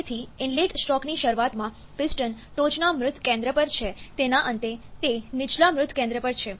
તેથી ઇનલેટ સ્ટ્રોકની શરૂઆતમાં પિસ્ટન ટોચના મૃત કેન્દ્ર પર છે તેના અંતે તે નીચલા મૃત કેન્દ્ર પર છે